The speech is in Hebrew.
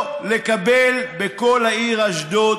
בכל העיר אשדוד,